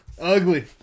Ugly